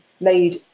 made